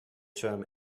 term